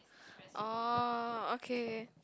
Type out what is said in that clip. oh okay